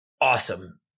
awesome